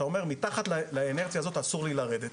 ואתה אומר מתחת לאינרציה הזו אסור לי לרדת,